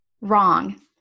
Wrong